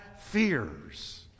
fears